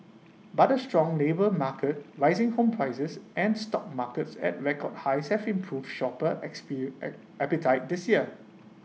but A strong labour market rising home prices and stock markets at record highs have improved shopper appetite this year